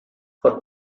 for